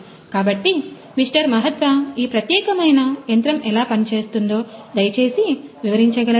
కాబట్టి మిస్టర్ మహాత్వా ఈ ప్రత్యేకమైన యంత్రం ఎలా పనిచేస్తుందో దయచేసి వివరించగలరా